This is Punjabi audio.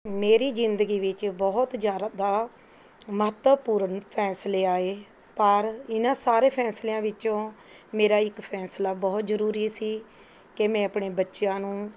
ਮੇਰੇ ਜ਼ਿੰਦਗੀ ਵਿੱਚ ਬਹੁਤ ਜ਼ਿਅਦਾ ਦਾ ਮਹੱਤਵਪੂਰਨ ਫ਼ੈਸਲੇ ਆਏ ਪਰ ਇਹਨਾਂ ਸਾਰੇ ਫ਼ੈਸਲਿਆਂ ਵਿੱਚੋਂ ਮੇਰਾ ਇੱਕ ਫ਼ੈਸਲਾ ਬਹੁਤ ਜਰੂਰੀ ਸੀ ਕਿ ਮੈਂ ਆਪਣੇ ਬੱਚਿਆਂ ਨੂੰ